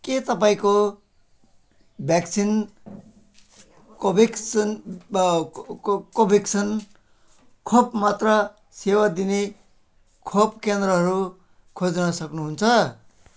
के तपाईँँको भ्याक्सिन कोभ्याक्सिन वा को कोभ्याक्सिन खोप मात्र सेवा दिने खोपकेन्द्रहरू खोज्न सक्नुहुन्छ